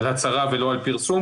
הצהרה ולא על פרסום.